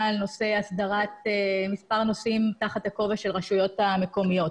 על הסדרת מספר נושאים תחת הכובע של הרשויות המקומיות.